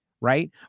right